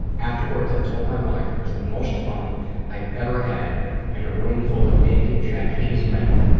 afterwards, i told my wife it was the most fun i'd ever had in a room full of naked japanese and men.